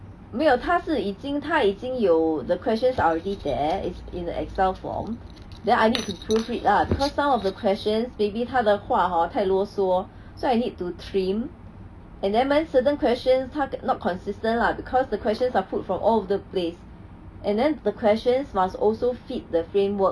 没有他是已经他已经有 the questions are already there is in the Excel form then I need to proofread lah because some of the questions maybe 他的话 hor 太啰嗦 so I need to trim and then certain questions 他 get not consistent lah because the questions are pulled from all over the place and then the questions must also fit the framework